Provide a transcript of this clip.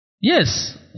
Yes